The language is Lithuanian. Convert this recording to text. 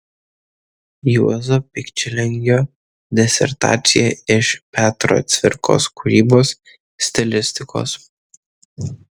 juozo pikčilingio disertacija iš petro cvirkos kūrybos stilistikos